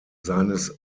seines